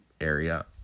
area